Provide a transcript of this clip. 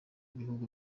bihugu